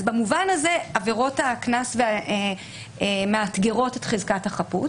במובן הזה עבירות הקנס מאתגרות את חזקת החפות